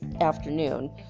afternoon